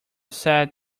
said